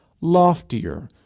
loftier